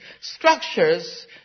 structures